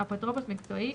אפוטרופוס מקצועי